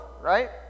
right